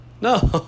No